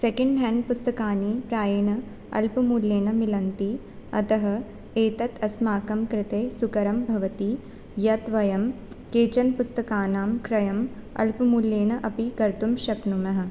second hand पुस्तकानि प्रायेण अल्पमूल्येन मिलन्ति अतः एतद् अस्माकं कृते सुकरं भवति यद् वयं केचन पुस्तकानां क्रयम् अल्पमूल्येन अपि कर्तुं शक्नुमः